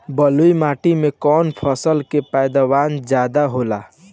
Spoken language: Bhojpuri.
बालुई माटी में कौन फसल के पैदावार ज्यादा होला?